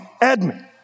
Edmund